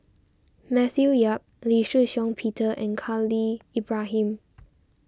Matthew Yap Lee Shih Shiong Peter and Khalil Ibrahim